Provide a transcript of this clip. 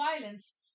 violence